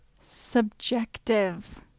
subjective